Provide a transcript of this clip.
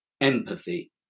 empathy